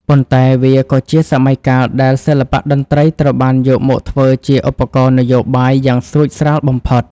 ប៉ុន្តែវាក៏ជាសម័យកាលដែលសិល្បៈតន្ត្រីត្រូវបានយកមកធ្វើជាឧបករណ៍នយោបាយយ៉ាងស្រួចស្រាលបំផុត។